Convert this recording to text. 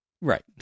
Right